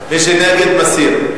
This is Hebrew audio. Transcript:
מי שנגד, מסיר.